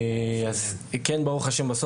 אז כן ברוך השם,